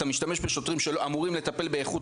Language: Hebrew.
אתה משתמש בשוטרים שאמורים לטפל באיכות